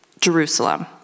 Jerusalem